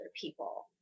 people